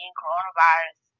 coronavirus